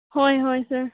ꯍꯣꯏ ꯍꯣꯏ ꯁꯔ